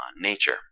nature